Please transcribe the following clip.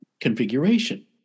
configuration